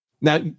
Now